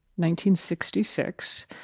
1966